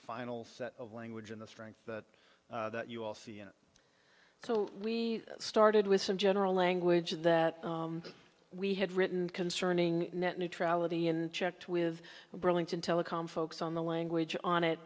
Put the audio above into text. final set of language and the strength that you will see in so we started with some general language that we had written concerning net neutrality and checked with the burlington telecom folks on the language on it